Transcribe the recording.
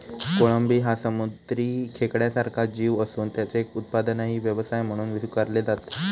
कोळंबी हा समुद्री खेकड्यासारखा जीव असून त्याचे उत्पादनही व्यवसाय म्हणून स्वीकारले जाते